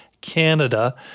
Canada